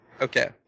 Okay